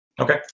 Okay